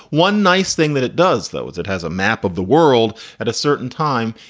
one nice thing that it does, though, is it has a map of the world at a certain time.